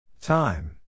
Time